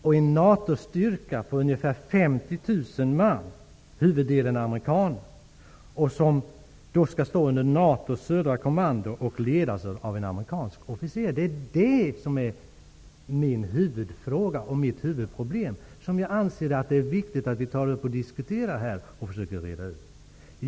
NATO-styrkan består av ungefär 50 000 man; huvuddelen är amerikaner. Styrkan skall stå under NATO:s södra kommando och ledas av en amerikansk officer. Det är det som är mitt huvudproblem. Jag anser att det är viktigt att vi diskuterar frågan och försöker reda ut den.